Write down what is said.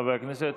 חבר הכנסת.